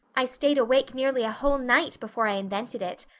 i stayed awake nearly a whole night before i invented it.